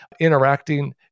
interacting